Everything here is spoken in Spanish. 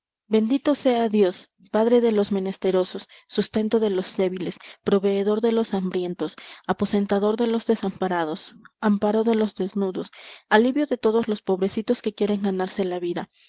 bendito sea dios padre de los menesterosos sustento de los débiles proveedor de los hambrientos aposentador de los desamparados amparo de los desnudos alivio de todos los pobrecitos que quieren ganarse la vida